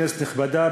כנסת נכבדה,